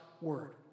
word